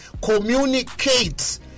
Communicate